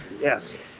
Yes